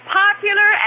popular